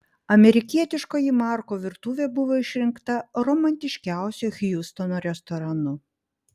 amerikietiškoji marko virtuvė buvo išrinkta romantiškiausiu hjustono restoranu